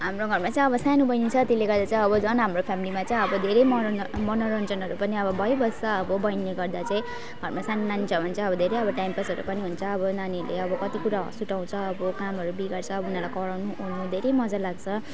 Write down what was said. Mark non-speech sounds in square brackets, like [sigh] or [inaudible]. हाम्रो घरमा चाहिँ अब सानो बहिनी छ त्यसले गर्दा चाहिँ अब झन् हाम्रो फेमिलीमा चाहिँ अब धेरै [unintelligible] मनोरञ्जनहरू पनि अब भइबस्छ अब बहिनीले गर्दा चाहिँ घरमा सानो नानी छ भने चाहिँ अब धेरै अब टाइम पासहरू पनि हुन्छ अब नानीहरूले अब कति कुरा हाँस उठाउँछ अब कामहरू बिगार्छ अब उनीहरूलाई कराउनु पनि धेरै मज्जा लाग्छ